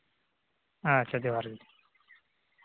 ᱟᱪᱪᱷᱟ ᱡᱚᱦᱟᱨᱜᱮ